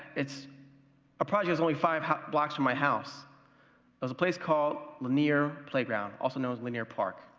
it's a project is only five blocks from my house. it was a place called lanier playground, also known as lanier park.